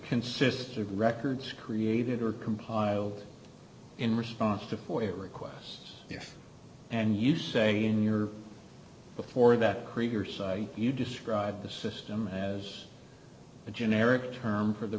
consists of records created or compiled in response to requests and you say in your before that you described the system as a generic term for the